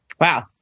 Wow